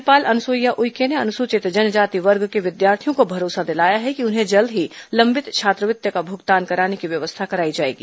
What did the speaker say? राज्यपाल अनुसुईया उइके ने अनुसूचित जनजाति वर्ग के विद्यार्थियों को भरोसा दिलाया है कि उन्हें जल्द ही लंबित छात्रवृत्ति का भुगतान कराने की व्यवस्था कराई जाएगी